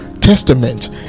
testament